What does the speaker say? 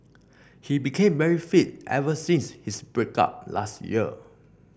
he became very fit ever since his break up last year